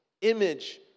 image